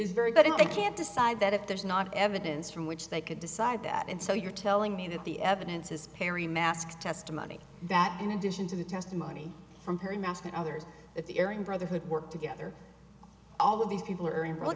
is very good if they can't decide that if there's not evidence from which they could decide that and so you're telling me that the evidence is perry mask testimony that in addition to the testimony from her mask and others that the airing brotherhood work together all of these people are in